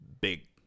big